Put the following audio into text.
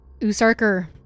Usarker